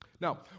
Now